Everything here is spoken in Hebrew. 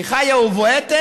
היא חיה ובועטת,